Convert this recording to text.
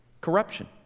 corruption